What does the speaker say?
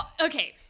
Okay